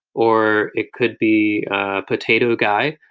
or it could be potato guy,